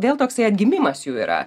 vėl toksai atgimimas jų yra